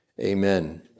Amen